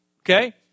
Okay